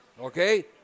Okay